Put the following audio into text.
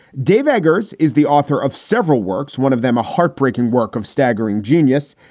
dave eggers is the author of several works, one of them a heartbreaking work of staggering genius.